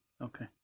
Okay